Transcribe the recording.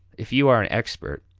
if you are an expert,